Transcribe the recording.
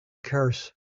curse